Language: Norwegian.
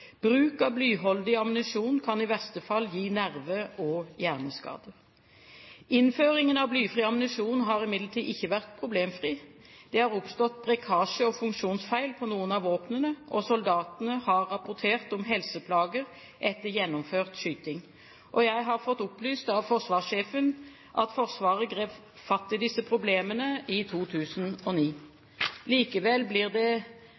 Bruk av blyholdig ammunisjon kan i verste fall gi nerve- og hjerneskader. Innføringen av blyfri ammunisjon har imidlertid ikke vært problemfri. Det har oppstått brekkasje og funksjonsfeil på noen av våpnene, og soldatene har rapportert om helseplager etter gjennomført skyting. Jeg har fått opplyst av forsvarssjefen at Forsvaret grep fatt i disse problemene i 2009. Likevel blir det